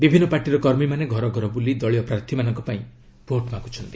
ବିଭିନ୍ନ ପାର୍ଟିର କର୍ମୀମାନେ ଘରଘର ବୁଲି ଦଳୀୟ ପ୍ରାର୍ଥୀମାନଙ୍କ ପାଇଁ ଭୋଟ୍ ମାଗୁଛନ୍ତି